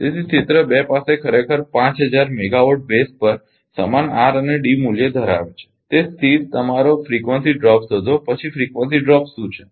તેથી ક્ષેત્ર 2 પાસે ખરેખર 5000 મેગાવાટ બેઝ પર સમાન આર અને ડી મૂલ્ય ધરાવે છે તે સ્થિર તમારો ફ્રિકવન્સી ડ્રોપ શોધો પછી ફ્રિકવન્સી ડ્રોપ શું છે